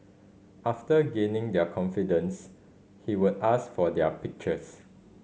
after gaining their confidence he would ask for their pictures